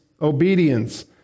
obedience